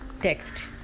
text